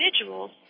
individuals